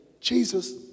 Jesus